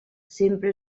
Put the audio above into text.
sempre